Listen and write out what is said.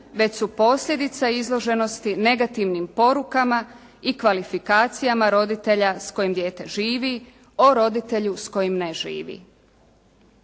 već su posljedica izloženosti negativnim porukama i kvalifikacijama roditelja s kojim dijete živi o roditelju s kojim ne živi.